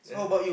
then